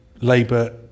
Labour